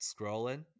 scrolling